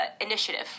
initiative